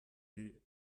die